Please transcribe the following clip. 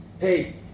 Hey